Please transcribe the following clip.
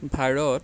Bharat